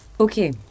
Okay